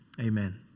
Amen